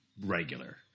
regular